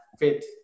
fit